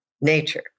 nature